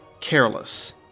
careless